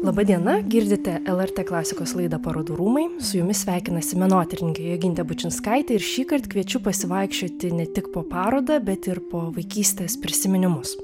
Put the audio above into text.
laba diena girdite lrt klasikos laidą parodų rūmai su jumis sveikinasi menotyrininkė jogintė bučinskaitė ir šįkart kviečiu pasivaikščioti ne tik po parodą bet ir po vaikystės prisiminimus